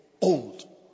Old